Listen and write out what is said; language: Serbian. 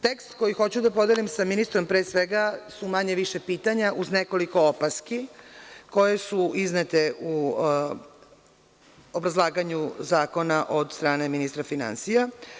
Tekst koji hoću da podelim sa ministrom, pre svega, su manje ili više pitanja uz nekoliko opaski, koje su iznete u obrazlaganju zakona od strane ministra finansija.